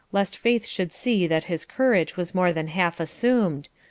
lest faith should see that his courage was more than half assumed,